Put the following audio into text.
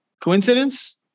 Coincidence